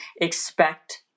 expect